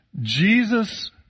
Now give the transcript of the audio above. Jesus